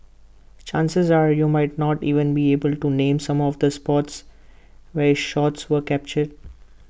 chances are you might not even be able to name some of the spots where shots were captured